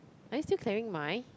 are you still clearing my